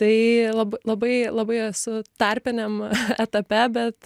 tai lab labai labai esu tarpiniam etape bet